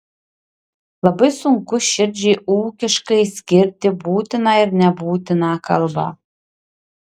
labai sunku širdžiai ūkiškai skirti būtiną ir nebūtiną kalbą